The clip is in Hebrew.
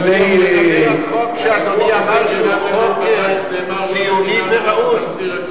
אני מתכוון לחוק שאדוני אמר שזה חוק ציוני וראוי.